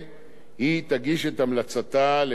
היא תגיש את המלצתה לוועדת השרים.